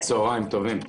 צוהריים טובים.